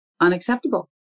unacceptable